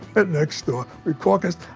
but next door, we caucused,